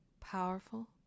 powerful